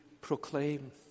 proclaim